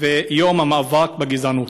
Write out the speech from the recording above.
ואת יום המאבק בגזענות.